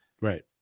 Right